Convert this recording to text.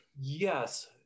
Yes